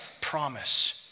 promise